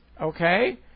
okay